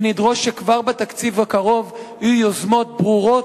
ונדרוש שכבר בתקציב הקרוב יהיו יוזמות ברורות